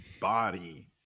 body